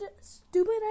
stupid